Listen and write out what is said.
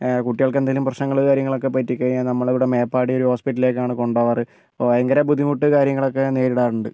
കുട്ടികൾക്ക് എന്തേലും പ്രശ്നങ്ങള് കാര്യങ്ങളൊക്കെ പറ്റി കഴിഞ്ഞാൽ നമ്മള് ഇവിടെ മേപ്പാടി ഒരു ഹോസ്പിറ്റലിലേക്കാണ് കൊണ്ട് പോകാറ് ഭയങ്കര ബുദ്ദിമുട്ട് കാര്യങ്ങളൊക്കെ നേരിടാറുണ്ട്